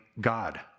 God